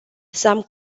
some